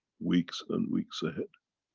weeks and weeks ahead.